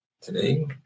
Today